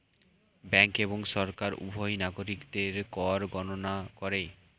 bank এবং সরকার উভয়ই নাগরিকদের কর গণনা করে